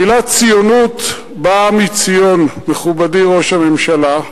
המלה "ציונות" באה מ"ציון", מכובדי ראש הממשלה,